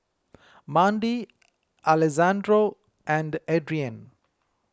Mandi Alessandro and Adrianne